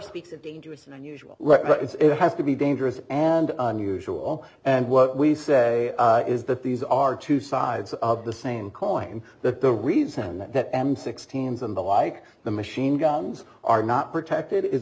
speaks of dangerous and unusual it has to be dangerous and unusual and what we said is that these are two sides of the same coin that the reason that m sixteen s and the like the machine guns are not protected is